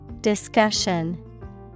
Discussion